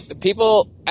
People